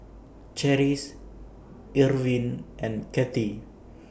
Cherish Irvin and Cathy